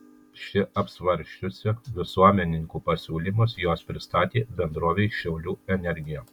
ši apsvarsčiusi visuomenininkų pasiūlymus juos pristatė bendrovei šiaulių energija